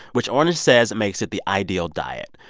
which ornish says makes it the ideal diet.